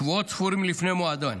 שבועות ספורים לפני מועדן.